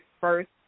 first